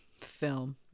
Film